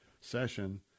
session